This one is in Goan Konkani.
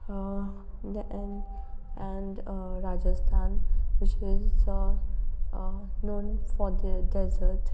then Rajasthan which is known for their desert